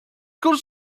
could